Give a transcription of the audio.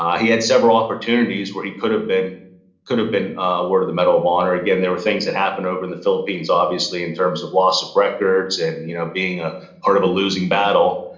ah he had several opportunities where he could've been could've been ah awarded the medal of honor. again, there were things that happened over in the philippines, obviously, in terms of loss of records and you know being ah part of a losing battle.